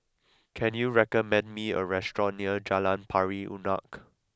can you recommend me a restaurant near Jalan Pari Unak